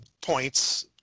points